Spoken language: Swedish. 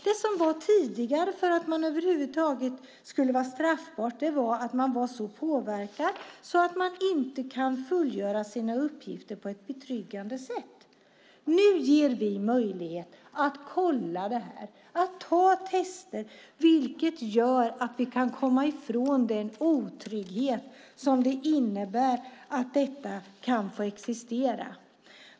Det som var tidigare, för att det över huvud taget skulle vara straffbart, var om man var så påverkad att man inte kunde fullgöra sina uppgifter på ett betryggande sätt. Nu ger vi möjlighet att kolla detta och ta tester, vilket gör att vi kan komma ifrån den otrygghet det innebär att detta kan få existera.